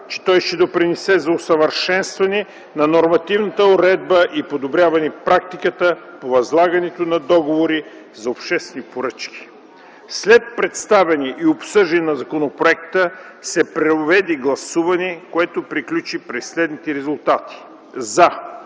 че той ще допринесе за усъвършенстване на нормативната уредба и подобряване практиката по възлагането на договори за обществени поръчки. След представяне и обсъждане на законопроекта се проведе гласуване, което приключи при следните резултати: „за”